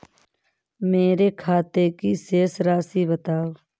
मेरे खाते की शेष राशि बताओ?